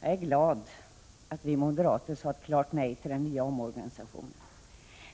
Jag är glad att vi moderater sade ett klart nej till den nya organisationen.